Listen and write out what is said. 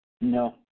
No